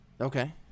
okay